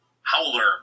Howler